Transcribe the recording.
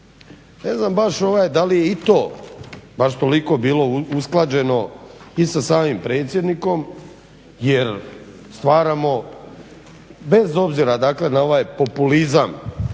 Ne znam baš da li je i to baš tolik bilo usklađeno i sa samim predsjednikom jer stvaramo bez obzira, dakle na ovaj populizam